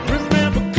Remember